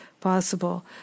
Possible